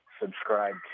subscribe